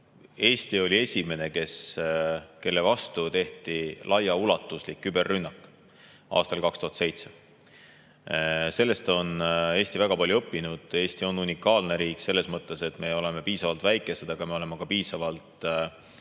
Eesti oli esimene, kelle vastu tehti laiaulatuslik küberrünnak aastal 2007. Sellest on Eesti väga palju õppinud. Eesti on unikaalne riik selles mõttes, et me oleme piisavalt väikesed, aga me oleme ka piisavalt